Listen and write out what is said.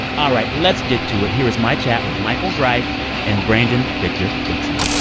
all right. let's get to it. here is my chat with michael greif and brandon victor dixon